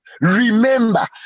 Remember